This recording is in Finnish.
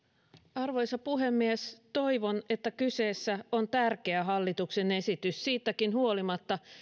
arvoisa puhemies toivon että kyseessä on tärkeä hallituksen esitys siitäkin huolimatta